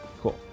cool